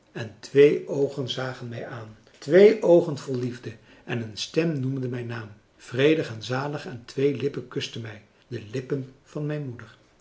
en twee oogen françois haverschmidt familie en kennissen zagen mij aan twee oogen vol liefde en een stem noemde mijn naam vredig en zalig en twee lippen kusten mij de lippen van mijn moeder